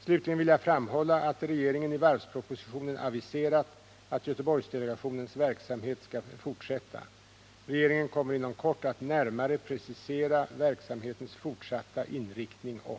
Slutligen vill jag framhålla att regeringen i varvspropositionen aviserat att Göteborgsdelegationens verksamhet skall fortsätta. Regeringen kommer Nr 35 inom kort att närmare precisera verksamhetens fortsatta inriktning och